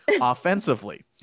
offensively